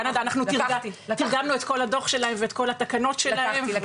אנחנו תרגמנו את כל הדו"ח של קנדה ואת כל התקנות שלהם.